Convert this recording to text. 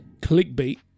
clickbait